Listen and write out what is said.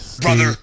Brother